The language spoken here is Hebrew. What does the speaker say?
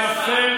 שרים